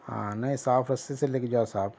ہاں نہیں صاف رستے سے لے کے جاؤ صاحب